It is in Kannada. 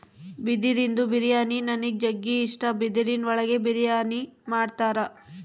ಬಿದಿರಿಂದು ಬಿರಿಯಾನಿ ನನಿಗ್ ಜಗ್ಗಿ ಇಷ್ಟ, ಬಿದಿರಿನ್ ಒಳಗೆ ಬಿರಿಯಾನಿ ಮಾಡ್ತರ